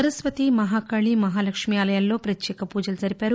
సరస్వతి మహాకాళి మహాలక్ష్మి ఆలయాల్లో ప్రత్యేక పూజలు జరిపారు